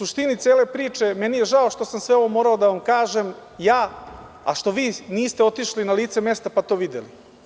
U suštini cele priče, meni je žao što sam sve ovo morao da vam kažem ja, a što vi niste otišli na lice mesta pa to videli.